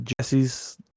Jesse's